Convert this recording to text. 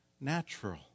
natural